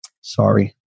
Sorry